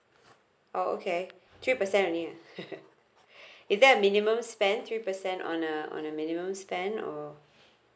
oh okay three percent only ah is there a minimum spend three percent on a on a minimum spend or